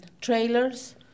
trailers